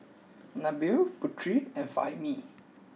Nabil Putri and Fahmi